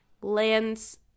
lands